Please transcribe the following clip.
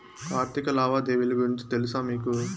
ఆర్థిక లావాదేవీల గురించి తెలుసా మీకు